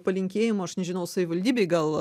palinkėjimo aš nežinau savivaldybei gal